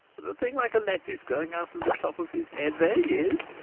with a thing like a lettuce growing out of the top of his head there he is!